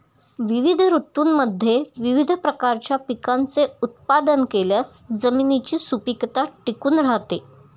विविध ऋतूंमध्ये विविध प्रकारच्या पिकांचे उत्पादन केल्यास जमिनीची सुपीकता टिकून राहते